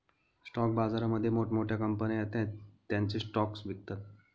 stock बाजारामध्ये मोठ्या मोठ्या कंपन्या त्यांचे स्टॉक्स विकतात